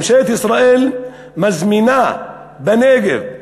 ממשלת ישראל מזמינה בנגב,